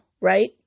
right